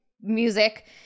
music